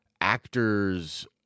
actors